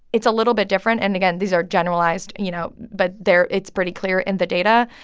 it's a little bit different. and again, these are generalized, you know, but they're it's pretty clear in the data.